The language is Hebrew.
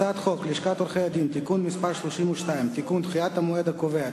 הצעת חוק לשכת עורכי-הדין (תיקון מס' 32) (תיקון) (דחיית המועד הקובע),